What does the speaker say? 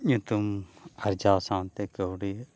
ᱧᱩᱛᱩᱢ ᱟᱨᱡᱟᱣ ᱥᱟᱶᱛᱮ ᱠᱟᱹᱣᱰᱤ